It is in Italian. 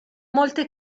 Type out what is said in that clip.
molte